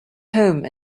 home